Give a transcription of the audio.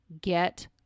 Get